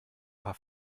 paar